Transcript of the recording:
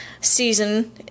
season